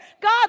God